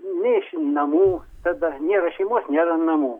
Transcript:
ne iš namų tada nėra šeimos nėra namų